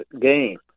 game